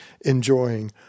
enjoying